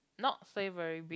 not say very big